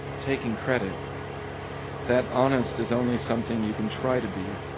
taking credit that honest is only something you can try to be,